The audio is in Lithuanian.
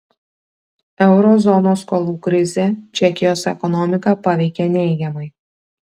euro zonos skolų krizė čekijos ekonomiką paveikė neigiamai